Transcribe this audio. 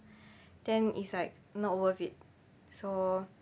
then it's like not worth it so